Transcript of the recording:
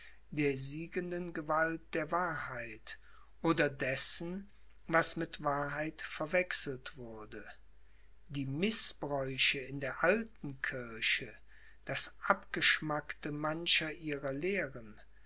der siegenden gewalt der wahrheit oder dessen was mit wahrheit verwechselt wurde die mißbräuche in der alten kirche das abgeschmackte mancher ihrer lehren